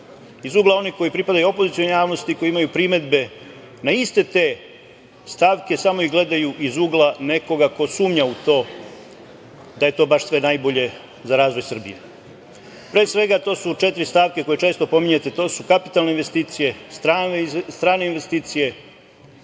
iz ugla onih koji pripadaju opozicionoj javnosti, koji imaju primedbe na iste te stavke, samo ih gledaju iz ugla nekoga ko sumnja da je to sve baš najbolje za razvoj Srbije. Pre svega, to su četiri stavke koje često spominjete, kapitalne investicije, strane investicije,